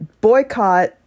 boycott